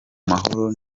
mahoro